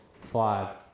five